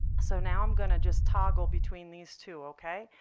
so now i'm going to just toggle between these two, ok.